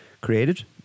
Created